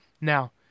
Now